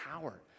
power